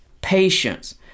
patience